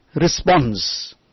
response